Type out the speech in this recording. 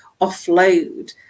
offload